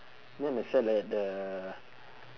no no sell at the